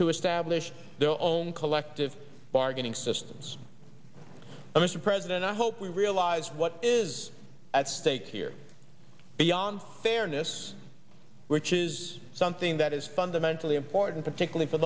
to establish their own collective bargaining systems mr president i hope we realize what is at stake here beyond in this which is something that is fundamentally important particularly for